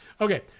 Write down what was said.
Okay